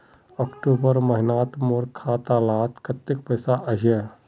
अक्टूबर महीनात मोर खाता डात कत्ते पैसा अहिये?